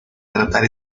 tratar